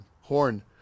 horn